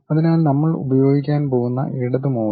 അതിനാൽ നമ്മൾ ഉപയോഗിക്കാൻ പോകുന്ന ഇടത് മൌസ്